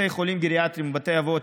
בתי חולים גריאטריים ובתי אבות,